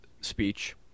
speech